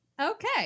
Okay